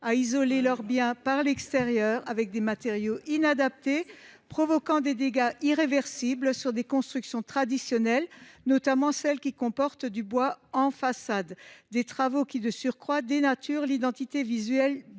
à isoler leur bien par l’extérieur avec des matériaux inadaptés, provoquant des dégâts irréversibles sur des constructions traditionnelles, notamment celles qui comportent du bois en façade. Ces travaux, de surcroît, dénaturent l’identité visuelle du